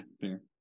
fair